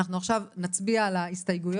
אנחנו עכשיו נצביע על ההסתייגויות.